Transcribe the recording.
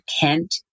Kent